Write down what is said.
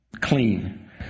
clean